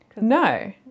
no